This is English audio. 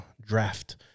draft